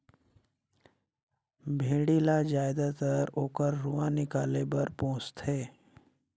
भेड़ी ल जायदतर ओकर रूआ निकाले बर पोस थें